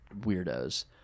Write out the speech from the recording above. weirdos